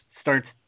starts